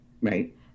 Right